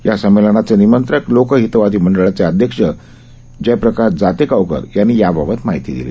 या संमेलनाचे निमंत्रक लोकहितवादी मंडळाचे अध्यक्ष जयप्रकाश जातेगावकर यांनी याबाबत माहिती दिली